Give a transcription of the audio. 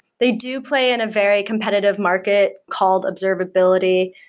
they do play in a very competitive market called observability.